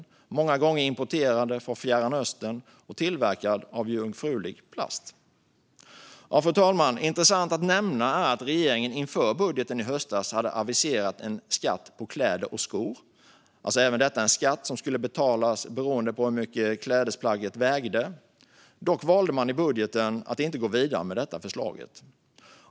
Det är påsar som många gånger är importerade från Fjärran Östern och tillverkade av jungfrulig plast. Fru talman! Intressant att nämna är att regeringen inför budgeten i höstas hade aviserat en skatt på kläder och skor. Även detta var en skatt som skulle betalas beroende på hur mycket klädesplagget vägde. Dock valde man att i budgeten inte gå vidare med detta förslag.